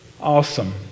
Awesome